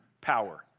power